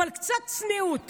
אבל קצת צניעות